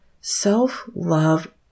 self-love